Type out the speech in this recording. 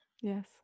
Yes